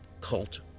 cult